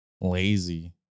lazy